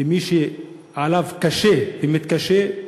ומי שקשה לו,